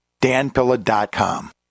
danpilla.com